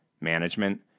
management